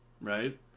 Right